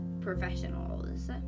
professionals